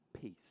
peace